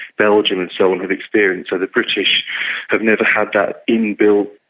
belgium and so on had experienced, so the british have never had that inbuilt,